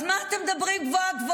אז מה אתם מדברים גבוהה-גבוהה?